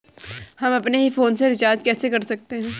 हम अपने ही फोन से रिचार्ज कैसे कर सकते हैं?